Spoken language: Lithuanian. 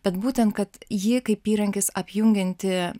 bet būtent kad ji kaip įrankis apjungianti